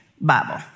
Bible